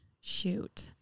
shoot